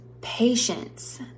patience